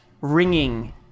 ringing